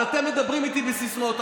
אבל אתם מדברים איתי בסיסמאות.